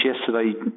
yesterday